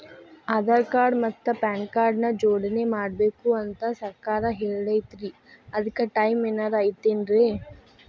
ಆಧಾರ ಮತ್ತ PAN card ನ ಜೋಡಣೆ ಮಾಡ್ಬೇಕು ಅಂತಾ ಸರ್ಕಾರ ಹೇಳೈತ್ರಿ ಅದ್ಕ ಟೈಮ್ ಏನಾರ ಐತೇನ್ರೇ?